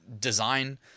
design